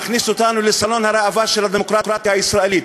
מכניס אותנו לסלון הראווה של הדמוקרטיה הישראלית.